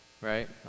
right